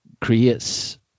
creates